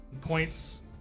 Points